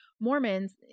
Mormons